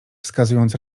wskazując